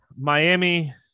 Miami